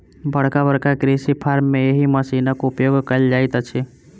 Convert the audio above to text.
बड़का बड़का कृषि फार्म मे एहि मशीनक उपयोग कयल जाइत अछि